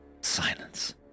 silence